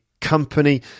company